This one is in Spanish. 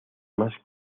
más